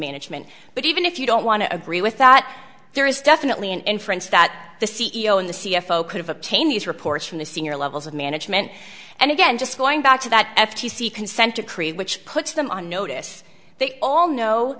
management but even if you don't want to agree with that there is definitely an inference that the c e o and the c f o could have obtained these reports from the senior levels of management and again just going back to that f t c consent decree which puts them on notice they all know